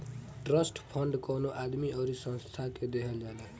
trust fund कवनो आदमी अउरी संस्था के देहल जाला